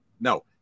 No